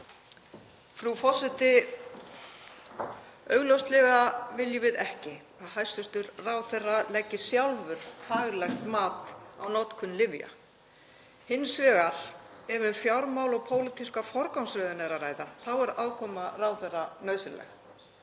Frú forseti. Augljóslega viljum við ekki að hæstv. ráðherra leggi sjálfur faglegt mat á notkun lyfja. Hins vegar, ef um fjármál og pólitíska forgangsröðun er að ræða, þá er aðkoma ráðherra nauðsynleg.